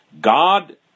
God